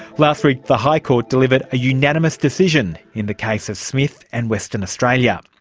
last week the high court delivered a unanimous decision in the case of smith and western australia.